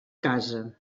casa